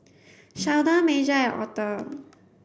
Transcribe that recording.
Sheldon Major and Author